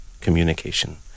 communication